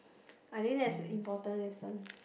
I think that's a important lesson